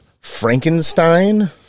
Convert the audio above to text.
Frankenstein